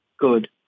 good